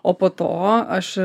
o po to aš